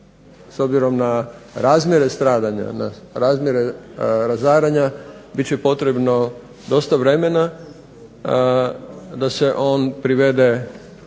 s obzirom na razmjere stradanja, na razmjere razaranja bit će potrebno dosta vremena da se on privede,